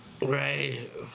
Right